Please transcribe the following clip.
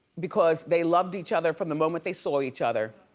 because they loved each other from the moment they saw each other.